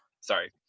sorry